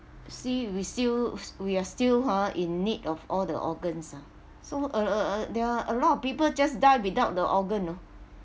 see we still we are still ha in need of all the organs ah so uh uh uh there are a lot of people just die without the organ no